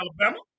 Alabama